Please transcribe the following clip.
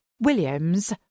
Williams